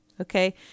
Okay